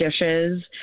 dishes